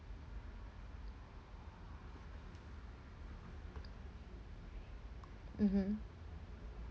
mmhmm